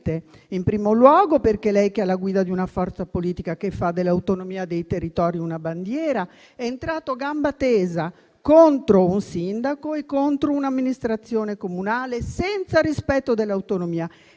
In primo luogo, perché lei, che è alla guida di una forza politica che fa dell'autonomia dei territori una bandiera, è entrato a gamba tesa contro un sindaco e contro un'amministrazione comunale, senza rispetto dell'autonomia;